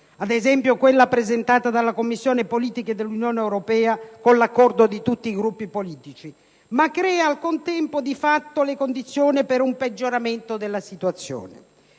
da quella presentata dalla Commissione politiche dell'Unione europea con l'accordo di tutti Gruppi politici - ma crea al contempo di fatto le condizioni per un peggioramento della situazione.